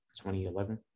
2011